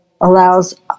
allows